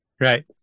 right